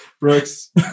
Brooks